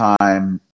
time